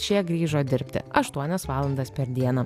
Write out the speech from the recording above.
šie grįžo dirbti aštuonias valandas per dieną